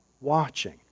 watching